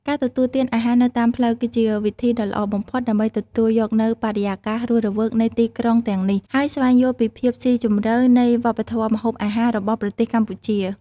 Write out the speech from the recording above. ការទទួលទានអាហារនៅតាមផ្លូវ គឺជាវិធីដ៏ល្អបំផុតដើម្បីទទួលយកនូវបរិយាកាសរស់រវើកនៃទីក្រុងទាំងនេះ ហើយស្វែងយល់ពីភាពស៊ីជម្រៅនៃវប្បធម៌ម្ហូបអាហាររបស់ប្រទេសកម្ពុជា។